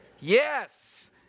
Yes